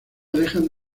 alejan